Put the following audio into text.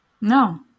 No